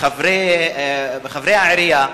מחברי העירייה,